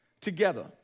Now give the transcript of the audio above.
together